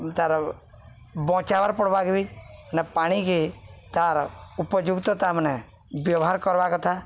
ତାର ବଞ୍ଚାବାର ପଡ୍ବାକେ ବି ନା ପାଣିକେ ତାର ଉପଯୁକ୍ତ ତାମାନେ ବ୍ୟବହାର କର୍ବା କଥା